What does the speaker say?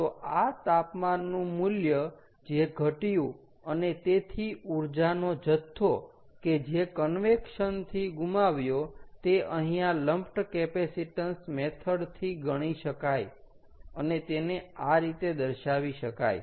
તો આ તાપમાનનું મૂલ્ય જે ઘટ્યુ અને તેથી ઉર્જાનો જથ્થો કે જે કન્વેક્શન થી ગુમાવ્યો તે અહીંયા લમ્પડ કેપેસિટન્સ મેથડ થી ગણી શકાય અને તેને આ રીતે દર્શાવી શકાય